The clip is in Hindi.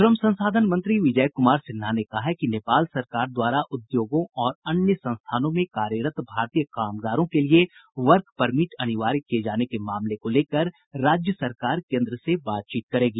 श्रम संसाधन मंत्री विजय कृमार सिन्हा ने कहा है कि नेपाल सरकार द्वारा उद्योगों और अन्य संस्थानों में कार्यरत भारतीय कामगारों के लिये वर्क परमिट अनिवार्य किये जाने के मामले को लेकर राज्य सरकार केन्द्र से बातचीत करेगी